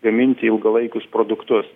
gaminti ilgalaikius produktus